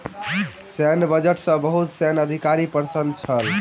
सैन्य बजट सॅ बहुत सैन्य अधिकारी प्रसन्न छल